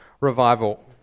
revival